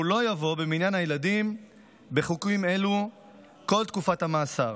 והוא לא יבוא במניין הילדים בחוקים אלו כל תקופת המאסר.